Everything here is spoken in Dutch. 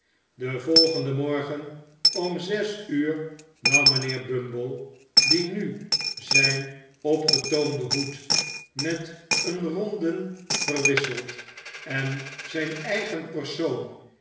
den volgenden morgen om zes uur nam mijnheer bumble die nu zijn opgetoomden hoed met een ronden verwisseld en zijn eigen persoon